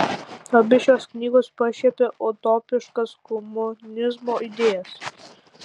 abi šios knygos pašiepia utopiškas komunizmo idėjas